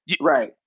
Right